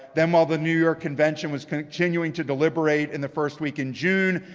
then while the new york convention was continuing to deliberate in the first week in june,